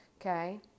Okay